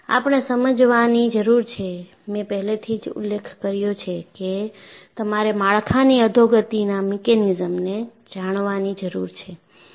આપણે સમજવાની જરૂર છે મેં પહેલેથી જ ઉલ્લેખ કર્યો છે કે તમારે માળખાની અધોગતિના મીકેનીઝમને જાણવાની જરૂર છે